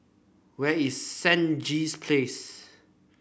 where is Stangee Place